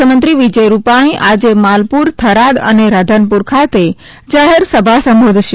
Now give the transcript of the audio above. મુખ્યમંત્રી વિજય રૂપાણી આજે માલપુર થરાદ અને રાધનપુર ખાતે જાહેરસભા સંબોધશે